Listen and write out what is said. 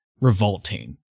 revolting